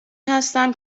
هستم